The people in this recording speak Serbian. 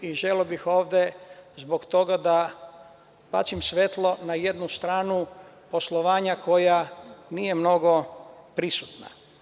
Zbog toga bih ovde želeo da bacim svetlo na jednu stranu poslovanja koja nije mnogo prisutna.